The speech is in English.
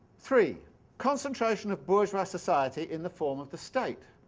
three concentration of bourgeois society in the form of the state,